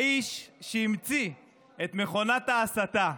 האיש המציא את מכונת ההסתה.